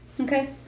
Okay